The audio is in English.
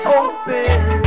open